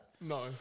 No